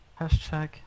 Hashtag